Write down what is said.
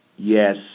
Yes